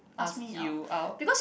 ask you out